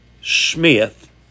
Smith